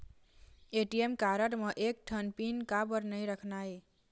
ATM card म एक ठन पिन काबर नई रखना हे?